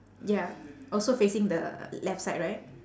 ya also facing the left side right